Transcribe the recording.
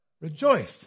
rejoice